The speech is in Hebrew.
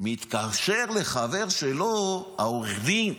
מתקשר לחבר שלו, עורך הדין.